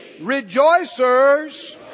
rejoicers